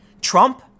Trump